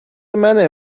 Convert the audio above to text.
منه